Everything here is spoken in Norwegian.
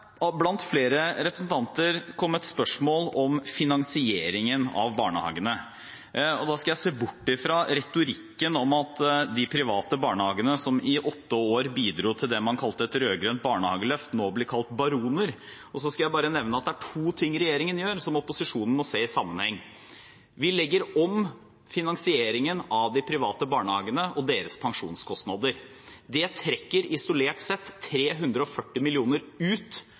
flere representanter kommet spørsmål om finansieringen av barnehagene. Da skal jeg se bort ifra retorikken om at de private barnehagene som i åtte år bidro til det man kalte et rød-grønt barnehageløft, nå blir kalt baroner. Og så skal jeg bare nevne at det er to ting regjeringen gjør som opposisjonen må se i sammenheng: Vi legger om finansieringen av de private barnehagene og deres pensjonskostnader. Det trekker isolert sett 340 mill. kr ut